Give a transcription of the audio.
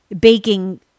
baking